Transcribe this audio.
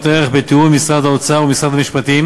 ערך בתיאום עם משרד האוצר ומשרד המשפטים,